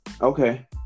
Okay